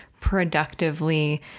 productively